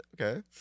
okay